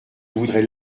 voudrais